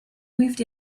moved